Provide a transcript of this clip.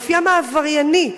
אופיים העברייני,